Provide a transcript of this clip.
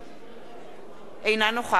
אינה נוכחת עתניאל שנלר,